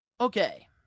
Okay